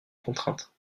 contraintes